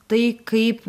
tai kaip